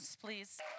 Please